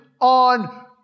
on